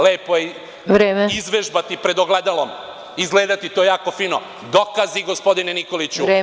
Lepo je izvežbati pred ogledalom, izgledati jako fino, dokazi, gospodine Nikoliću.